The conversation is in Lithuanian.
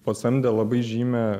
pasamdė labai žymią